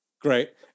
Great